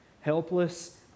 Helpless